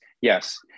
Yes